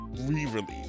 re-release